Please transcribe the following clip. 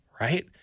right